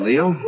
Leo